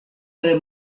tre